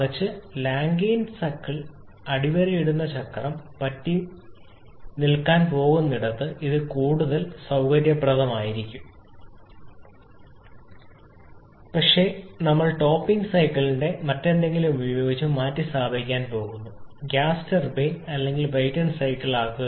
മറിച്ച് റാങ്കൈൻ സൈക്കിളിൽ അടിവരയിടുന്ന ചക്രം പറ്റിനിൽക്കാൻ പോകുന്നിടത്ത് ഇത് കൂടുതൽ സൌകര്യപ്രദമായിരിക്കും പക്ഷേ ഞങ്ങൾ ടോപ്പിംഗ് സൈക്കിളിനെ മറ്റെന്തെങ്കിലും ഉപയോഗിച്ച് മാറ്റിസ്ഥാപിക്കാൻ പോകുന്നു ഗ്യാസ് ടർബൈൻ അല്ലെങ്കിൽ ബ്രൈറ്റൺ സൈക്കിൾ ആകുക